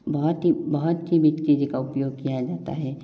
बहुत ही बहुत ची बिक चीज़े का उपयोग किया जाता है